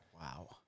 wow